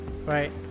right